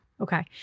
Okay